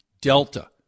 Delta